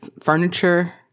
furniture